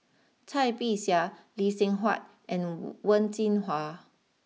Cai Bixia Lee Seng Huat and Wen Jinhua